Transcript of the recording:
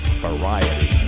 variety